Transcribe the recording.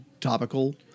topical